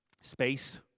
space